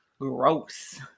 Gross